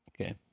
Okay